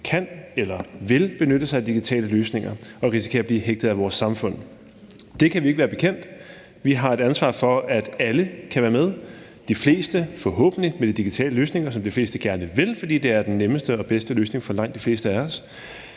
kan eller vil benytte sig af digitale løsninger og risikerer at blive hægtet af vores samfund. Det kan vi ikke være bekendt. Vi har et ansvar for, at alle kan være med – de fleste forhåbentlig med de digitale løsninger, som de fleste gerne vil, fordi det er den nemmeste og bedste løsning for langt de fleste af os.